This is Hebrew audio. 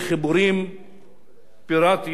פיראטיים לחשמל.